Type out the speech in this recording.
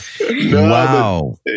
Wow